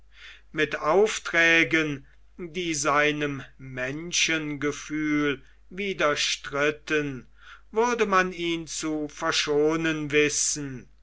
mit aufträgen die seinem menschengefühl widerstritten würde man ihn zu verschonen wissen